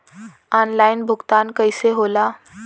Online भुगतान कईसे होला?